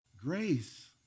Grace